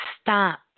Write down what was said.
Stop